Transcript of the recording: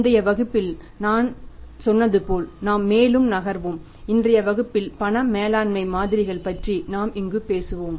முந்தைய வகுப்பில் நான் சொன்னது போல் நாம் மேலும் நகர்வோம் இன்றைய வகுப்பில் பண மேலாண்மை மாதிரிகள் பற்றி இந்த நாம் பேசுவோம்